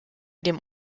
dem